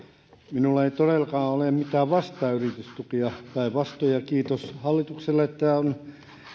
minulla ei todellakaan ole mitään yritystukia vastaan päinvastoin ja kiitos hallitukselle että se on